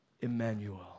Emmanuel